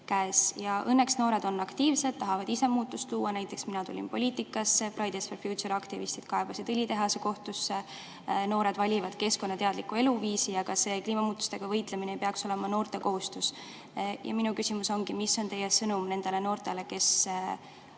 Õnneks noored on aktiivsed, tahavad ise muutust luua, näiteks mina tulin poliitikasse, kui Fridays For Future aktivistid kaebasid õlitehase kohtusse. Noored valivad keskkonnateadliku eluviisi, aga kliimamuutustega võitlemine ei peaks olema noorte kohustus. Minu küsimus ongi, mis on teie sõnum nendele noortele, kes